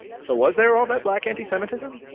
so was there all that black anti-semitism?